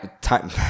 time